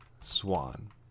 Swan